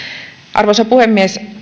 arvoisa puhemies